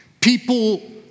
People